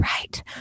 right